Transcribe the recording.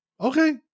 Okay